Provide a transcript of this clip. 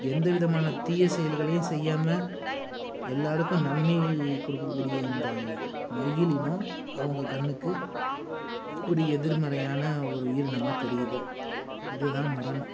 எந்த விதமான தீய செயல்களையும் செய்யாமல் எல்லாருக்கும் நன்மையை கொடுக்கக்கூடிய இந்த மயிலினம் அவங்க கண்ணுக்கு ஒரு எதிர்மறையான ஒரு உயிரினமாக தெரியுது இதுதான் முரண்